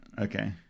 Okay